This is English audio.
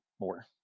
more